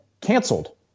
canceled